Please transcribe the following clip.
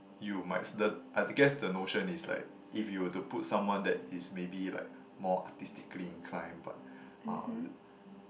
you might the I guess the notion is like if you were to put someone that is maybe like more artistically inclined but uh